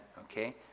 Okay